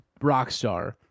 Rockstar